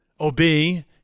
Obey